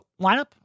lineup